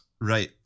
Right